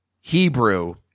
Hebrew